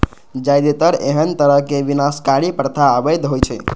जादेतर एहन तरहक विनाशकारी प्रथा अवैध होइ छै